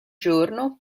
giorno